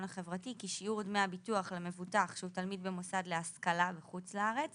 החברתי כי שיעור דמי הביטוח למבוטח שהוא תלמיד במוסד להשכלה בחוץ לארץ